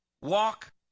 Walk